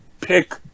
pick